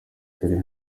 turi